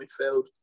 midfield